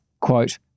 Quote